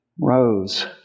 rose